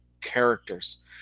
characters